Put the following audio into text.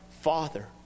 Father